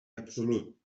absolut